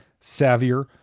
savvier